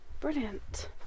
Brilliant